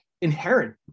inherent